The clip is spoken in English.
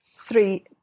Three